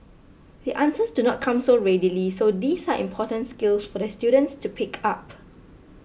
the answers do not come so readily so these are important skills for the students to pick up